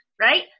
right